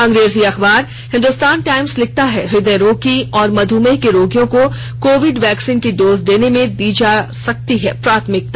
अंग्रेजी अखबार हिंदुस्तान टाइम्स लिखता है हद्य रोगी और मधुमेह के रोगियों को कोविड वैक्सीन की डोज देने में दी जा सकती है प्राथमिकता